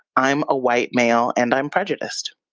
i'm a white male and i'm prejudiced.